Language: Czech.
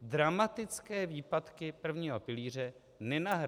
dramatické výpadky prvního pilíře nenahradí.